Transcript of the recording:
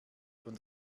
von